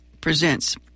presents